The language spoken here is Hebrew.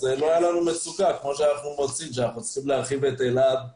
אז לא היה מצוקה כמו שאנחנו מוצאים שאנחנו צריכים להרחיב את אלעד,